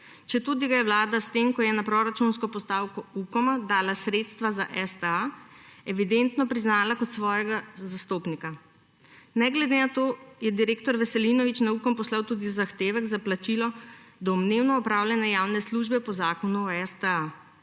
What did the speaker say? četudi ga je Vlada s tem, ko je na proračunsko postavko Ukoma dala sredstva za STA, evidentno priznala kot svojega zastopnika. Ne glede na to je direktor Veselinovič na Ukom poslal tudi zahtevek za plačilo domnevno opravljene javne službe po Zakonu o